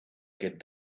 get